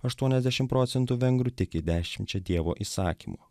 aštuoniasdešim procentų vengrų tiki dešimčia dievo įsakymų